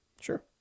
Sure